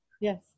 Yes